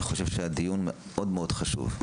זה היה דיון חשוב מאוד.